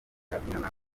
abyinana